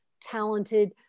talented